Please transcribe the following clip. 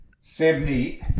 Seventy